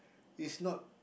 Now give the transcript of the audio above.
is not